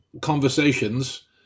conversations